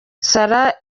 sara